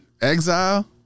Exile